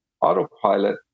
autopilot